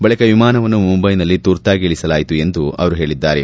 ಬಳಿಕ ವಿಮಾನವನ್ನು ಮುಂಬೈನಲ್ಲಿ ತುರ್ತಾಗಿ ಇಳಿಸಲಾಯಿತು ಎಂದು ಹೇಳಿದ್ದಾರೆ